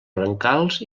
brancals